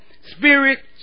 Spirit